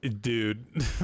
dude